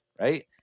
right